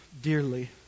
dearly